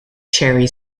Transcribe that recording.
cherry